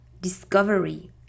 discovery